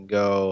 go